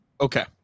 okay